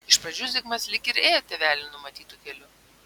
iš pradžių zigmas lyg ir ėjo tėvelių numatytu keliu